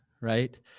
right